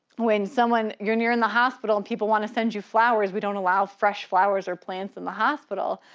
when someone you're near in the hospital and people wanna send you flowers, we don't allow fresh flowers or plants in the hospital.